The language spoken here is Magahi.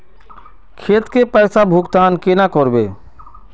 खेत के पैसा भुगतान केना करबे?